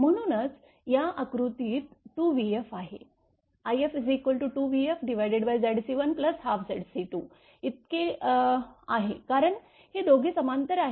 म्हणूनच या आकृतीत 2vf आहे if 2vfZc1Zc22 इतके आहे कारण हे दोघे समांतर आहेत